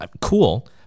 Cool